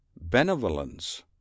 benevolence